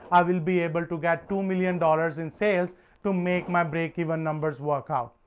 i will be able to get two million dollars in sales to make my break-even numbers work out.